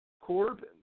Corbin